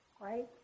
right